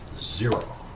Zero